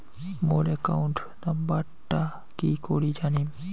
মোর account নাম্বারটা কি করি জানিম?